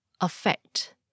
affect